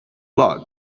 log